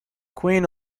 queen